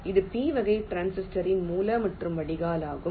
இது P வகை டிரான்சிஸ்டரின் மூல மற்றும் வடிகால் ஆகும்